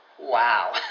Wow